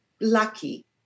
lucky